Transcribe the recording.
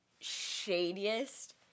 shadiest